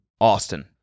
Austin